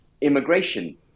immigration